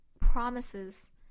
promises